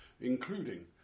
...including